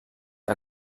que